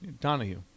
Donahue